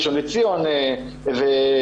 ראשון לציון וכדומה.